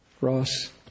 Ross